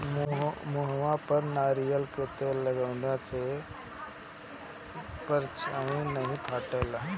मुहे पर नारियल कअ तेल लगवला से पछ्नी नाइ फाटेला